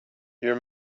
your